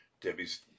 Debbie's